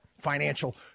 financial